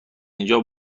اینجا